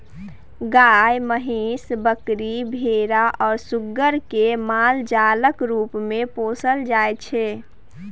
गाय, महीस, बकरी, भेरा आ सुग्गर केँ मालजालक रुप मे पोसल जाइ छै